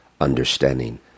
understanding